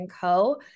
Co